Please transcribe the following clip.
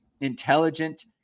intelligent